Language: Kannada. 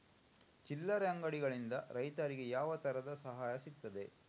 ಚಿಲ್ಲರೆ ಅಂಗಡಿಗಳಿಂದ ರೈತರಿಗೆ ಯಾವ ತರದ ಸಹಾಯ ಸಿಗ್ತದೆ?